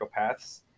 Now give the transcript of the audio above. psychopaths